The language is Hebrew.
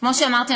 כמו שאמרתי,